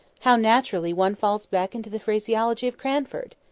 how naturally one falls back into the phraseology of cranford!